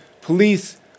police